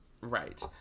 Right